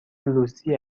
لوسی